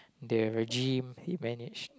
the regime he manage